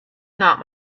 not